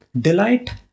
delight